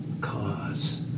cause